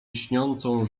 lśniącą